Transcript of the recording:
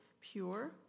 pure